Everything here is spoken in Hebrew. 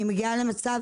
אני מגיעה למצב